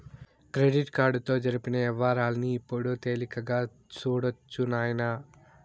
credit కార్డుతో జరిపిన యవ్వారాల్ని ఇప్పుడు తేలిగ్గా సూడొచ్చు నాయనా